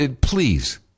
Please